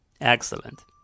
Excellent